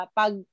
pag